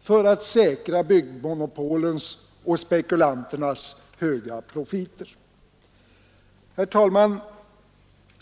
för att säkra byggmonopolens och spekulanternas höga profiter. Herr talman!